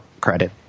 credit